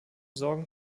sorgen